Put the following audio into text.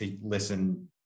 listen